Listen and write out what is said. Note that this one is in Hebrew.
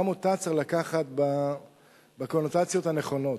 גם אותה צריך לקחת בקונוטציות הנכונות.